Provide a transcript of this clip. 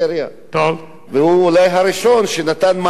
הוא אולי הראשון שנתן מענה,